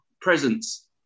presence